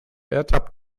ertappt